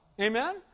amen